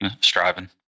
striving